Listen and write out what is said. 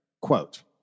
Quote